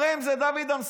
הרי אם זה דוד אמסלם,